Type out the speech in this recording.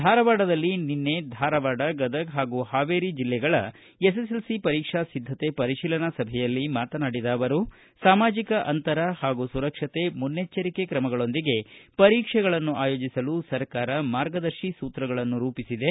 ಧಾರವಾಡದಲ್ಲಿ ನಿನ್ನೆ ಧಾರವಾಡ ಗದಗ ಹಾಗೂ ಹಾವೇರಿ ಜಿಲ್ಲೆಗಳ ಎಸ್ಎಸ್ಎಲ್ಸಿ ಪರೀಕ್ಷಾ ಸಿದ್ದತೆ ಪರಿಶೀಲನೆ ಸಭೆಯಲ್ಲಿ ಮಾತನಾಡಿದ ಅವರು ಸಾಮಾಜಿಕ ಅಂತರ ಹಾಗೂ ಸುರಕ್ಷತೆ ಮುನ್ನೆಚ್ಚರಿಕೆ ಕ್ರಮಗಳೊಂದಿಗೆ ಪರೀಕ್ಷೆಗಳನ್ನು ಆಯೋಜಿಸಲು ಸರ್ಕಾರ ಮಾರ್ಗದರ್ಶಿ ಸೂತ್ರಗಳನ್ನು ರೂಪಿಸಿದೆ